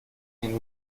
and